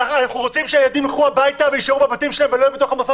אנחנו רוצים שהילדים ילכו הביתה ויישארו בבתים שלהם ולא יהיו בתוך מוסד